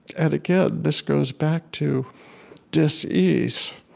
and again, this goes back to dis ease,